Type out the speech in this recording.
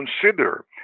consider